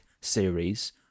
series